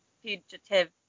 fugitive